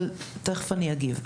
אבל תכף אני אגיב.